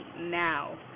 now